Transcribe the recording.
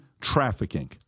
trafficking